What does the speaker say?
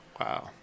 Wow